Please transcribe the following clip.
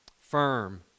firm